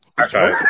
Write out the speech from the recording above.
Okay